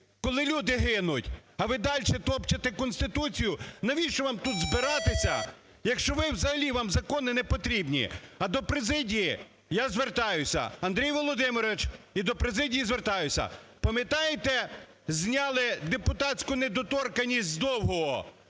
коли люди гинуть, а ви дальше топчете Конституцію. Навіщо вам тут збиратися, якщо ви взагалі… вам закони непотрібні. А до президії я звертаюся. Андрій Володимировичу, і до президії звертаюся. Пам'ятаєте, зняли депутатську недоторканність з Довгого.